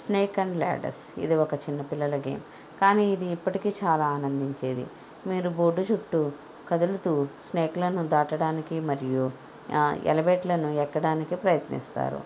snake and ladders ఇది ఒక చిన్న పిల్లల గేమ్ కానీ ఇది ఇప్పటికి చాలా ఆనందించేది మీరు బోర్డు చుట్టూ కదులుతూ స్నేక్లను దాటడానికి మరియు ఆ ఎలవేట్లను ఎక్కడానికి ప్రయత్నిస్తారు